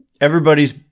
everybody's